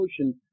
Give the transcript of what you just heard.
Ocean